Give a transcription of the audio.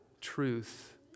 truth